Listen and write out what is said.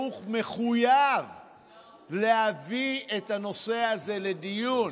שהוא מחויב להביא את הנושא הזה לדיון.